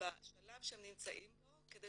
בשלב שהם נמצאים בו כדי